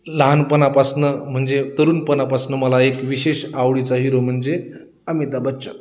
लहानपणापासनं म्हणजे तरुणपणापासनं मला एक विशेष आवडीचा हिरो म्हणजे अमिताभ बच्चन